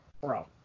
Bro